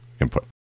input